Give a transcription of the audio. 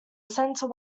center